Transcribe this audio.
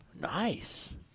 nice